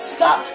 Stop